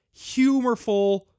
humorful